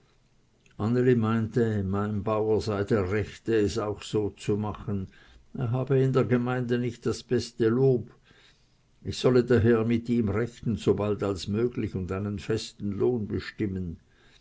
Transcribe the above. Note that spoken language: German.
meinte mein bauer sei der rechte es auch so zu machen er habe in der gemeinde nicht das beste lob ich solle daher mit ihm rechnen sobald als möglich und einen festen lohn bestimmen